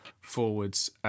forwards